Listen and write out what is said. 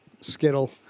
skittle